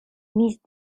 მის